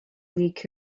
league